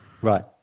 Right